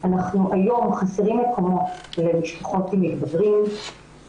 היום חסרים מקומות למשפחות עם מתבגרים,